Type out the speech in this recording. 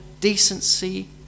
decency